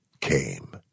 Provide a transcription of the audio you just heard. came